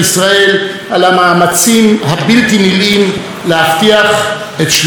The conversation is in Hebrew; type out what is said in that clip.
הבלתי-נלאים להבטיח את שלומנו ואת שגרתנו.